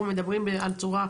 אנחנו מדברים על צורה רוחבית.